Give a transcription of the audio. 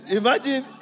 imagine